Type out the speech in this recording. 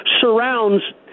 surrounds